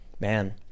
Man